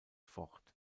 fort